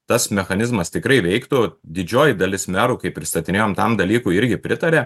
tas mechanizmas tikrai veiktų didžioji dalis merų kai pristatinėjom tam dalykui irgi pritarė